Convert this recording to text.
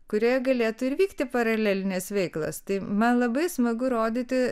kurioje galėtų ir įvykti paralelinės veiklos tai man labai smagu rodyti